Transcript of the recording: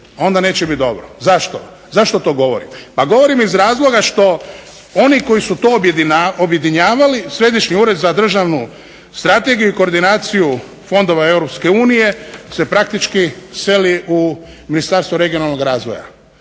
onda neće biti dobro. Zašto, zašto to govorim? Pa govorim iz razloga što oni koji su to objedinjavali, Središnji ured za državnu strategiju i koordinaciju fondova Europske unije se praktički seli u Ministarstvo regionalnog razvoja.